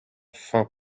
fin